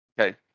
Okay